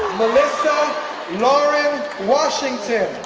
melissa lauren washington